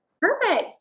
Perfect